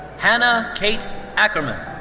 hannah kate ackermann.